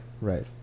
right